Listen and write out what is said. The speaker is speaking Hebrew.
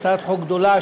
הצעת חוק גדולה,